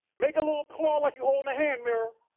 make a little claw like you're holding a hand mirror,